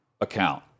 account